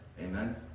Amen